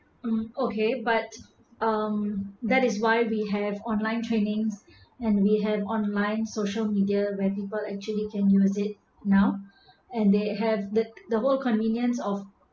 um okay but um that is why we have online trainings and we have online social media when people actually can use it now and they have the the whole convenience of